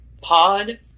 pod